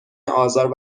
آزار